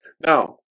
Now